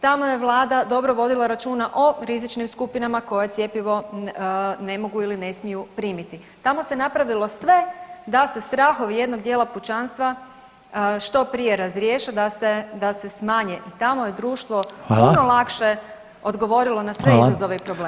Tamo je Vlada dobro vodila računa o rizičnim skupinama koje cjepivo ne mogu ili ne smiju primiti, tamo se napravilo sve da se strahovi jednog dijela pučanstva što prije razriješe i da se smanje i tamo je društvo [[Upadica Reiner: Hvala.]] puno lakše odgovorilo na sve [[Upadica Reiner: Hvala.]] izazove i probleme.